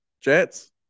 Jets